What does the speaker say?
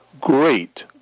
great